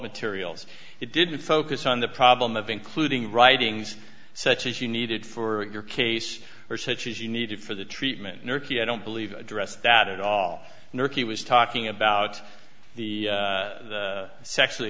materials it didn't focus on the problem of including writings such as you needed for your case or such as you needed for the treatment murky i don't believe address that at all nor he was talking about the sexually